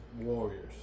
Warriors